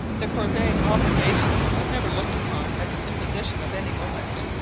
the corvee obligation was never looked upon as an imposition of any moment.